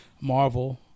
Marvel